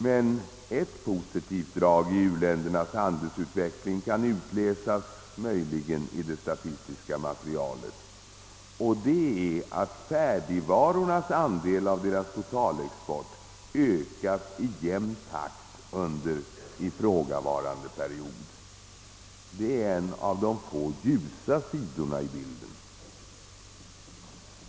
Men ett positivt drag i uländernas handelsutveckling kan möjligen utläsas i det statistiska materialet: färdigvarornas andel av deras totalexport har ökat i jämn takt under ifrågavarande period. Det är en av de få ljusa sidorna i bilden.